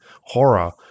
horror